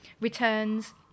returns